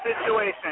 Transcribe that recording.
situation